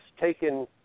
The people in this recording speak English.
taken